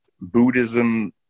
Buddhism